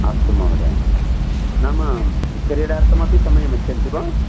अस्तु महोदय नाम क्रीडार्थमपि समयं यच्छन्ति वा